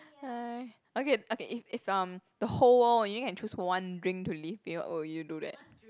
okay okay if if um the whole world you only can choose one drink to live with what would you do that